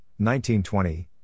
1920